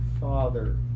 father